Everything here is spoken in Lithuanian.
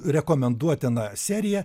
rekomenduotina serija